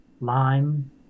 lime